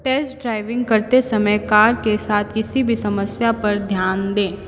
test driving करते समय car के साथ किसी भी समस्या पर ध्यान दें